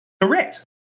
Correct